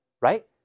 right